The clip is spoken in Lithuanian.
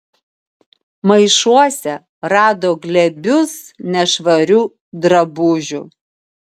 maišuose rado glėbius nešvarių drabužių